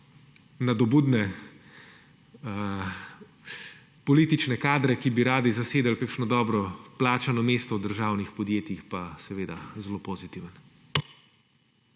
nadobudne politične kadre, ki bi radi zasedali kakšno dobro plačano mesto v državnih podjetjih, pa seveda zelo pozitiven.